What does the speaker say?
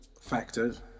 factors